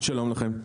שלום לכם,